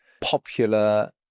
popular